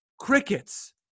crickets